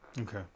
Okay